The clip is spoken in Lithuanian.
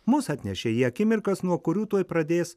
mus atnešė į akimirkas nuo kurių tuoj pradės